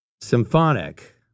Symphonic